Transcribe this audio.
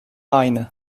aynı